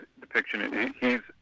depiction